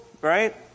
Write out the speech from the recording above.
right